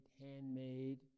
handmade